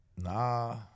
Nah